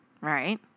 right